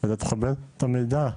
אתה תקבל את המידע,